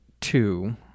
two